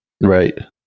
Right